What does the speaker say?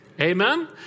Amen